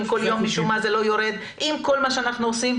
כל יום כשהמספר משום מה לא יורד עם כל מה שאנחנו עושים,